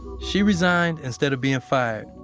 she resigned instead of being fired.